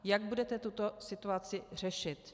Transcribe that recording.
Jak budete tuto situaci řešit?